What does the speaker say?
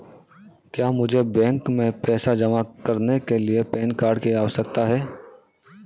क्या मुझे बैंक में पैसा जमा करने के लिए पैन कार्ड की आवश्यकता है?